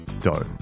dough